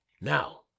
Now